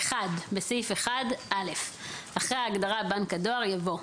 בסעיף 1 - אחרי ההגדרה "בנק הדואר" יבוא: